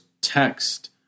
text